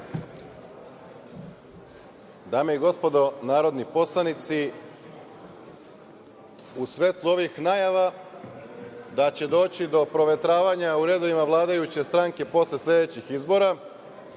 Dame i gospodo narodni poslanici, u svetlu ovih najava da će doći do provetravanja u redovima vladajuće stranke posle sledećih izbora,